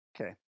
Okay